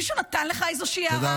מישהו נתן לך איזושהי הערה?